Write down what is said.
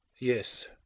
yes,